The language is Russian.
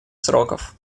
сроков